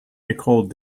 nicole